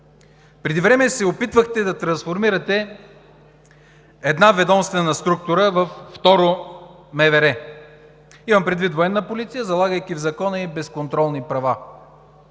Преди време се опитахте да трансформирате една ведомствена структура във второ МВР. Имам предвид „Военна полиция“, залагайки ѝ в Закона безконтролни права.